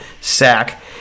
sack